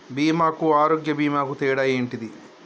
బీమా కు ఆరోగ్య బీమా కు తేడా ఏంటిది?